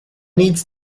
needs